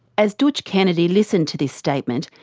as dootch kennedy listened to this statement,